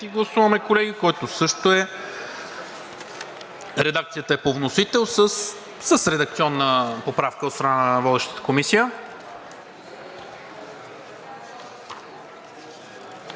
5 гласуваме, колеги, на който също редакцията е по вносител, с редакционна поправка от страна на водещата Комисия.